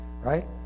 right